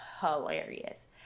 hilarious